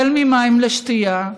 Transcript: החל במים לשתייה,